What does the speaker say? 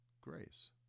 grace